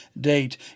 date